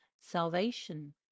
salvation